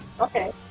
Okay